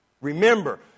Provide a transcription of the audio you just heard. Remember